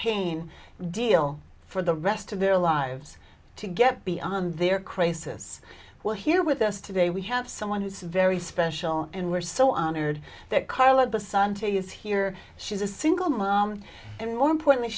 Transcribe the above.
pain deal for the rest of their lives to get beyond their crisis well here with us today we have someone who's very special and we're so honored that carl of the son to use here she's a single mom and more importantly